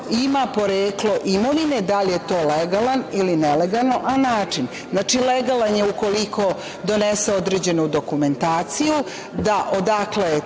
ima poreklo imovine, da li je to legalan ili nelegalan način. Znači, legalan je ukoliko donese određenu dokumentaciju: odakle je